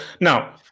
Now